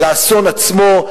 על האסון עצמו,